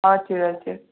हजुर हजुर